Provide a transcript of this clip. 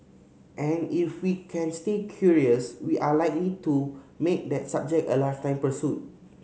and if we can stay curious we are likely to make that subject a lifetime pursuit